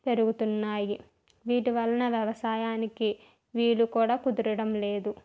పెరుగుతున్నాయి వీటి వలన వ్యవసాయానికి వీలు కూడా కుదరడం లేదు